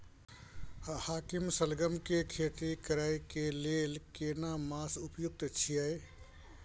हाकीम सलगम के खेती करय के लेल केना मास उपयुक्त छियै?